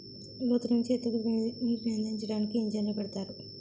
లోతు నుంచి ఎత్తుకి నీటినందించడానికి ఇంజన్లు పెడతారు